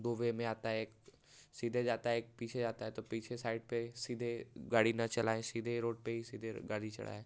to way में आता है एक सीधे जाता है एक पीछे जाता है तो पीछे साइड पे सीधे गाड़ी न चलाएं सीधे रोड पे ही सीधे गाड़ी चढ़ाएं